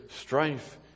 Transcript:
strife